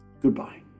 Goodbye